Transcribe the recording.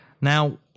Now